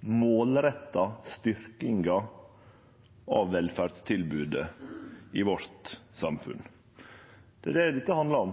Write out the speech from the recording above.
Målretta styrking av velferdstilbodet i samfunnet vårt er det dette handlar om.